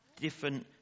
different